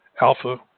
alpha